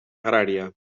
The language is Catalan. agrària